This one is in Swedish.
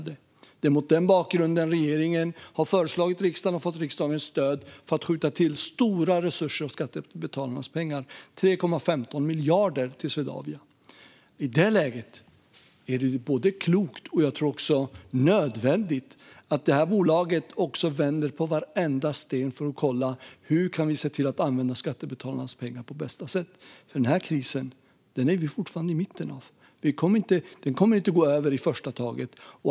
Det är mot denna bakgrund som regeringen har föreslagit riksdagen och har fått dess stöd för att skjuta till stora resurser av skattebetalarnas pengar - 3,15 miljarder - till Swedavia. I detta läge är det både klokt och, tror jag, nödvändigt att bolaget vänder på varenda sten för att se hur man kan använda skattebetalarnas pengar på bästa sätt. Vi befinner oss nämligen fortfarande i mitten av krisen. Den kommer inte att gå över i första taget.